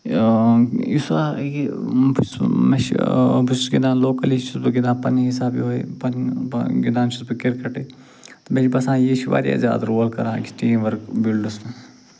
یُس وۄنۍ یہِ بہٕ چھُس مےٚ چھِ بہٕ چھُس گِنٛدان لوکلی چھُس بہٕ گِنٛدان پنٛنہِ حِساب یِہوٚے پنٛنہِ گِنٛدان چھُس بہٕ کِرکَٹٕے تہِ مےٚ چھِ باسان یہِ چھِ واریاہ زیادٕ رول کران أکِس ٹیٖم ؤرٕک بیُلڈَس